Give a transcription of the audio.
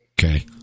Okay